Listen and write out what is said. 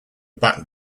back